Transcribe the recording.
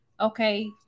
Okay